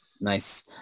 nice